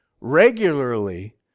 regularly